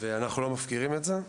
אנחנו לא מפקירים את הנושא הזה.